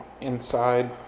inside